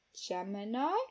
Gemini